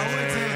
ראו את זה.